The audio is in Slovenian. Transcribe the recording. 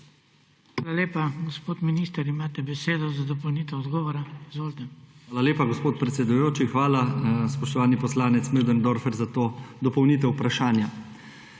Hvala lepa. Gospod minister, imate besedo za dopolnitev odgovora. Izvolite. **JANEZ CIGLER KRALJ:** Hvala lepa, gospod predsedujoči. Hvala, spoštovani poslanec Möderndorfer, za to dopolnitev vprašanja.